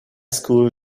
school